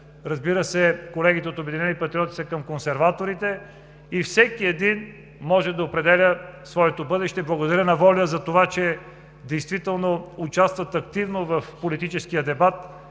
либералите, колегите от „Обединени патриоти“ са към консерваторите. Всеки един може да определя своето бъдеще. Благодаря на ВОЛЯ за това, че действително участват активно в политическия дебат